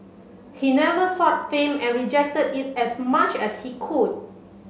he never sought fame and rejected it as much as he could